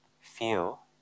feel